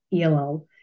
ELL